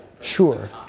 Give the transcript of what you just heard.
Sure